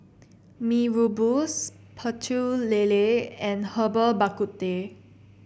Mee Rebus Pecel Lele and Herbal Bak Ku Teh